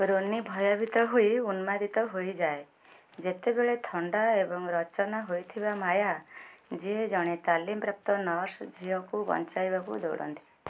Ronnie ଭୟଭୀତ ହୋଇ ଉନ୍ମାଦିତ ହୋଇଯାଏ ଯେତେବେଳେ ଥଣ୍ଡା ଏବଂ ରଚନା ହୋଇଥିବା ମାୟା ଯିଏ ଜଣେ ତାଲିମପ୍ରାପ୍ତ ନର୍ସ ଝିଅକୁ ବଞ୍ଚାଇବାକୁ ଦୌଡ଼ନ୍ତି